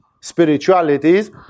spiritualities